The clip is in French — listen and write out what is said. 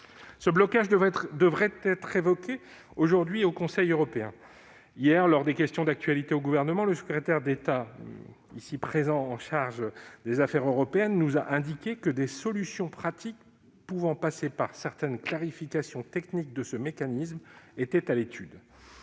Ce blocage devrait être évoqué aujourd'hui au Conseil européen. Hier, lors des questions d'actualité au Gouvernement, le secrétaire d'État chargé des affaires européennes nous a indiqué que « des solutions pratiques pouvant passer par certaines clarifications techniques de ce mécanisme » étaient à l'étude.